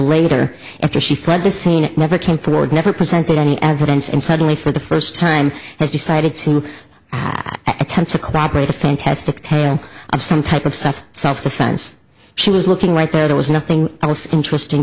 later after she fled the scene never came forward never presented any evidence and suddenly for the first time has decided to ask at times to corroborate a fantastic tale of some type of self self defense she was looking right there was nothing else interesting